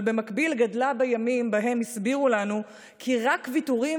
אבל במקביל גדלה בימים שבהם הסבירו לנו כי רק ויתורים